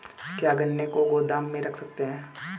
क्या गन्ने को गोदाम में रख सकते हैं?